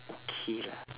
okay lah